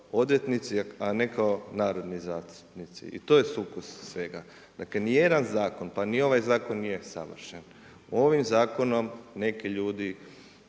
odvjetnici, a ne kao narodni zastupnici i to je sukus svega. Dakle, ni jedan zakon, pa ni ovaj zakon nije savršen. Ovim zakonom neki ljudi